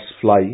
fly